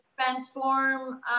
Transform